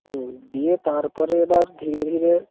হুম দিয়ে তারপরে এবার ধীরে ধীরে